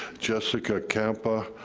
jessica campa,